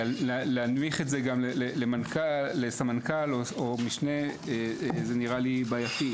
להנמיך את זה לסמנכ"ל או משנה נראה לי בעייתי.